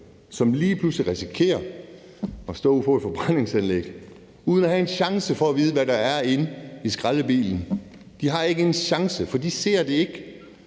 som lige pludselig risikerer at stå på et forbrændingsanlæg uden at have en chance for at vide, hvad der er inde i skraldebilen. De har ikke en chance, for de ser ikke